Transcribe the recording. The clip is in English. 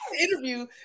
interview